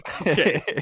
Okay